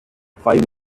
five